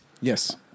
Yes